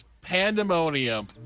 pandemonium